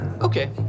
Okay